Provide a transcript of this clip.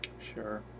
Sure